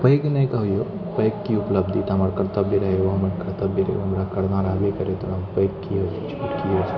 पैघ नहि कहियौ पैघ कि उपलब्धि ओ तऽ हमर कर्तव्य रहै कर्तव्यके हमरा करना रहबै करै तऽ पैघ की आओर छोट की